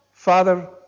Father